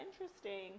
interesting